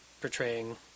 portraying